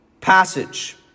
passage